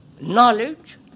knowledge